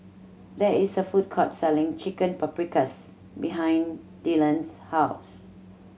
there is a food court selling Chicken Paprikas behind Dylon's house